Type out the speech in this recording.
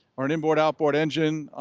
or an inboard outboard engine